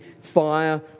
fire